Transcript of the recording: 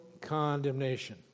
condemnation